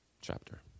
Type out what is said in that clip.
chapter